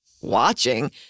watching